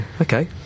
Okay